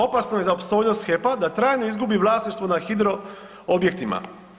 Opasno je za opstojnost HEP-a da trajno izgubi vlasništvo na hidro objektima.